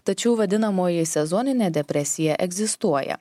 tačiau vadinamoji sezoninė depresija egzistuoja